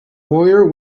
lawyer